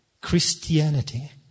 Christianity